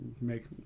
make